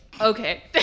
Okay